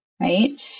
right